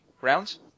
rounds